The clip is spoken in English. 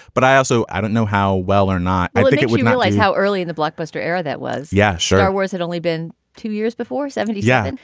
but i also i don't know how well or not i think you realize how early in the blockbuster era that was. yeah, sure. ours had only been two years before seventy. yeah.